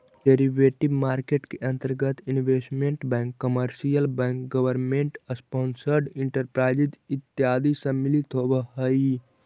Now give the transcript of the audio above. derivative market के अंतर्गत investment bank commercial bank government sponsored enterprises इत्यादि सम्मिलित होवऽ हइ